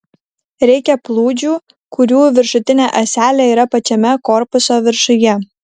reikia plūdžių kurių viršutinė ąselė yra pačiame korpuso viršuje